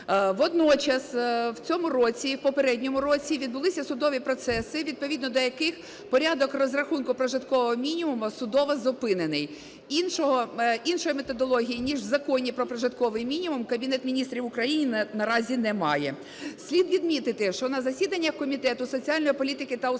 Водночас в цьому році і в попередньому році відбулися судові процеси, відповідно до яких порядок розрахунку прожиткового мінімуму судово зупинений. Іншої методології, ніж в Законі "Про прожитковий мінімум", Кабінет Міністрів України наразі не має. Слід відмітити, що на засідання Комітету соціальної політики та у справах